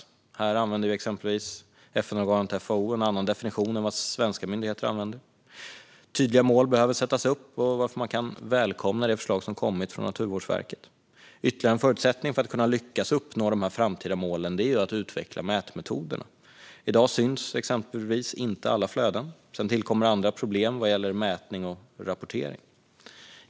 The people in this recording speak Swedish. FN-organet FAO använder exempelvis en annan definition än den som svenska myndigheter använder. Tydliga mål behöver sättas upp, varför man kan välkomna det förslag som har kommit från Naturvårdsverket. Ytterligare en förutsättning för att lyckas uppnå de framtida målen är att utveckla mätmetoderna. I dag syns till exempel inte alla flöden. Sedan tillkommer andra problem vad gäller mätning och rapportering.